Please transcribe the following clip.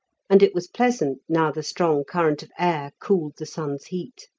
and it was pleasant now the strong current of air cooled the sun's heat.